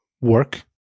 work